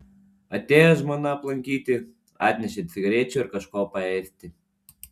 atėjo žmona aplankyti atnešė cigarečių ir kažko paėsti